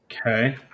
Okay